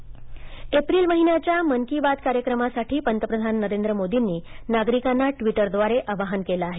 मन की बात एप्रिल महिन्याच्या मन की बात कार्यक्रमासाठी पंतप्रधान नरेंद्र मोदींनी नागरिकांना ट्वीटर द्वारे आवाहन केलं आहे